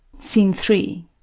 scene three.